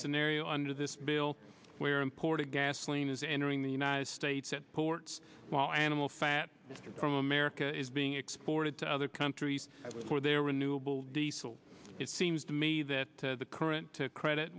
scenario under this bill where imported gasoline is entering the united states at ports while animal fat from america is being exported to other countries for their renewable diesel it seems to me that the current credit